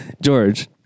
george